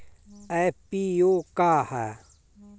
FPO का ह?